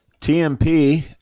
TMP